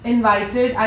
Invited